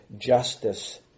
justice